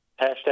Hashtag